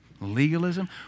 legalism